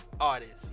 artists